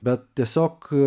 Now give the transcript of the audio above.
bet tiesiog